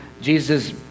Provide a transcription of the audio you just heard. Jesus